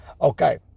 Okay